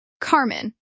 Carmen